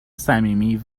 صمیمی